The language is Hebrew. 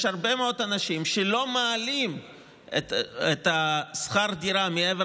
יש הרבה מאוד אנשים שלא מעלים את שכר הדירה מעבר